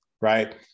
right